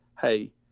hey